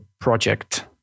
project